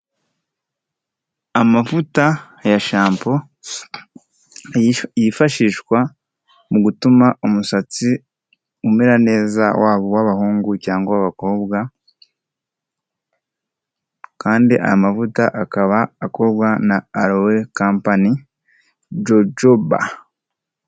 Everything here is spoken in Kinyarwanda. Amavuta ya shampoo yifashishwa mu gutuma umusatsi umera neza waba uw'abahungu cyangwa uw'abakobwa kandi aya amavuta akaba akorwa na aloe company jojoba.